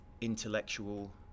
intellectual